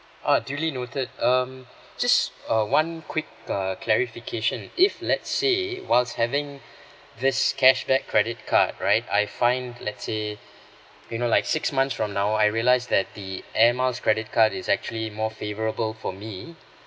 uh duly noted um just uh one quick uh clarification if let's say whilst having this cashback credit card right I find let's say you know like six months from now I realise that the air miles credit card is actually more favourable for me